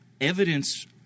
evidence